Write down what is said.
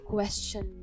question